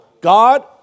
God